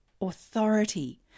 authority